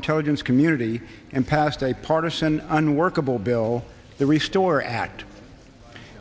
intelligence community and passed a partisan unworkable bill the restore act